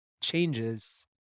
changes